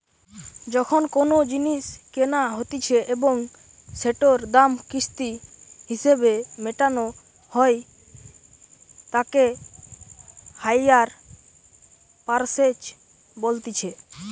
যখন কোনো জিনিস কেনা হতিছে এবং সেটোর দাম কিস্তি হিসেবে মেটানো হই তাকে হাইয়ার পারচেস বলতিছে